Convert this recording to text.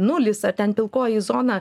nulis ar ten pilkoji zona